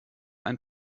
ein